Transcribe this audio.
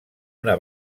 una